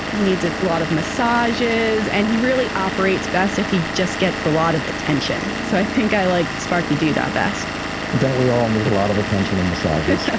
he needs a lot of massages and he really operates best if he just gets a lot of attention. so i think i like sparky dude ah best don't we all need a lot of attention and on yeah